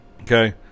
Okay